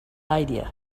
idea